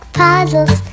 puzzles